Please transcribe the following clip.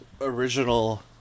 original